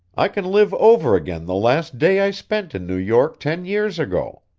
i can live over again the last day i spent in new york ten years ago.